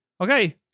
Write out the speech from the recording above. Okay